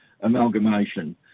amalgamation